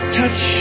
touch